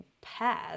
pairs